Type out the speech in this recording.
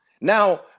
Now